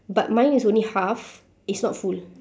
but mine is only half is not full